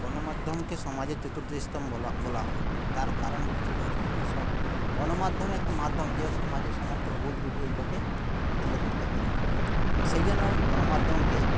গণমাধ্যমকে সমাজের চতুর্থ স্তম্ভ বলা বলা হয় তার কারণ কিছু রয়েছে যেরকম গণমাধ্যম একটা মাধ্যম যে সমাজের সমস্ত ভুল ত্রুটি এগুলোকে তুলে ধরতে পারে সেই জন্য গণমাধ্যমকে